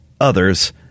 others